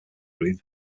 room